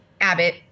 abbott